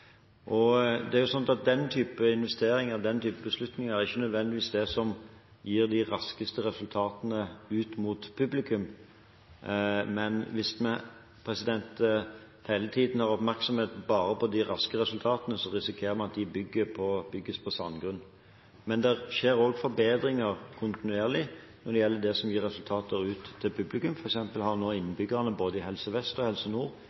Det er jo sånn at den typen investeringer og den typen beslutninger ikke nødvendigvis er det som gir de raskeste resultatene ut mot publikum, men hvis vi hele tiden har oppmerksomheten rettet bare mot de raske resultatene, risikerer vi at de bygges på sandgrunn. Men det skjer også forbedringer kontinuerlig når det gjelder det som gir resultater ut til publikum. For eksempel har nå innbyggerne i både Helse Vest og Helse Nord